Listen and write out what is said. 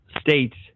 states